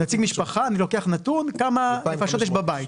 נציג משפחה, אני לוקח נתון, כמה נפשות יש בבית.